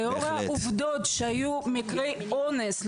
לאור העובדות שהיו מקרי אונס.